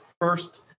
first